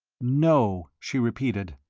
no, she repeated,